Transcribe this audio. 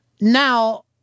Now